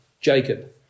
Jacob